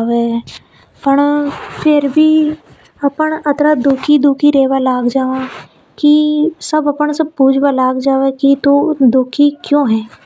होवे। अपन कदी दुखी रेवा तो सब अपन से पूछ बा लाग जावे कि तू दुखी क्यों है।